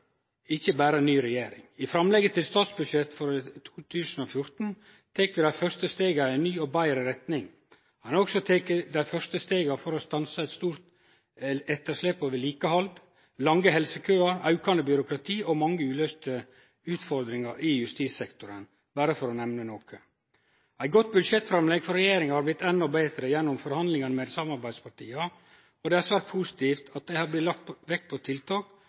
ikkje berre ei ny regjering. I framlegget til statsbudsjett for 2014 tek vi dei første stega i ei ny og betre retning. Ein har også teke dei første stega for å stanse eit stort etterslep på vedlikehald, lange helsekøar, aukande byråkrati og mange uløyste utfordringar i justissektoren – berre for å nemne noko. Eit godt budsjettframlegg frå regjeringa har blitt endå betre gjennom forhandlingane med samarbeidspartia, og det er svært positivt at det har blitt lagt vekt på tiltak